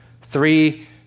Three